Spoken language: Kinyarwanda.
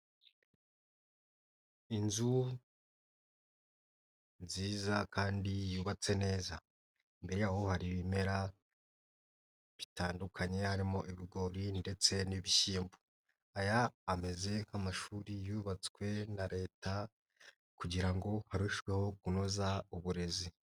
Inzu nziza kandi yubatse neza, imbere y'aho hari ibimera bitandukanye harimo ibigori ndetse n'ibishyimbo, aya ameze nk'amashuri yubatswe na Leta kugira ngo harushweho kunoza uburezi.